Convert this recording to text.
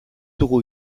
dugu